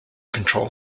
control